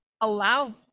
allow